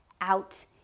out